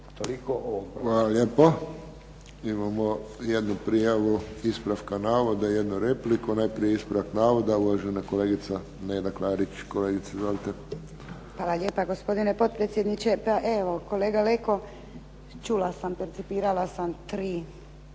Hvala lijepo. Imamo jednu prijavu ispravka navoda i jednu repliku. Najprije ispravak navoda uvažena kolegica Neda Klarić. Izvolite. **Klarić, Nedjeljka (HDZ)** Hvala lijepa gospodine potpredsjedniče. Kolega Leko, čula sam, percipirala sam tri